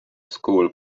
school